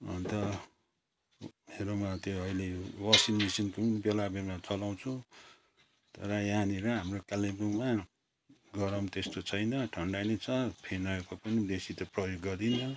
अन्त मेरोमा त्यो अहिले वासिङ मेसिन पनि बेला बेला चलाउँछु तर यहाँनिर हाम्रो कालिम्पोङमा गरम त्यस्तो छैन ठन्डा नै छ फेनहरूको पनि बेसी त प्रयोग गरिन्न